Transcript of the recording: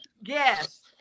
yes